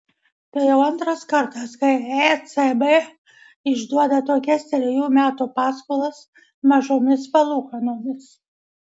tai jau antras kartas kai ecb išduoda tokias trejų metų paskolas mažomis palūkanomis